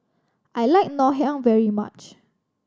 I like Ngoh Hiang very much